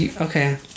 Okay